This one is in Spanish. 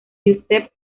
giuseppe